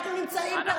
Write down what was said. אנחנו ימנים,